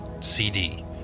CD